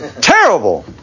Terrible